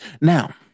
Now